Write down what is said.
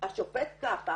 השופט קאפח